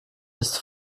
ist